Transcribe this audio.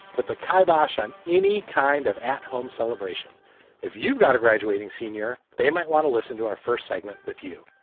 put the kibosh on any kind of at home celebration if you've got a graduating senior, they might want to listen to our first segment with you.